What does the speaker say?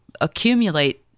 accumulate